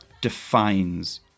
defines